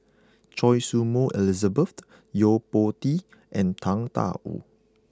Choy Su Moi Elizabeth Yo Po Tee and Tang Da Wu